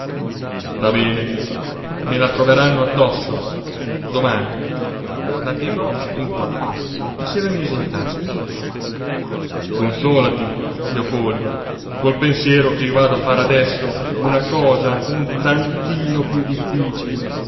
sta bene me la troveranno addosso domani la piegò in quattro e se la mise in tasca consolati leopoldo col pensiero ch'io vado a fare adesso una cosa un tantino piú difficile